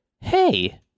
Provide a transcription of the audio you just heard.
hey